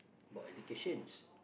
about educations